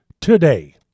today